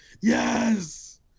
yes